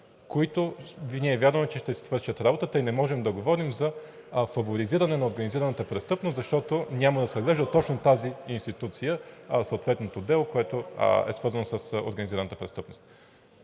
които ние вярваме, че ще свършат работа. Не можем да говорим за фаворизиране на организираната престъпност, защото няма да съдържа точно тази институция, а съответното дело, което е свързано с организираната престъпност.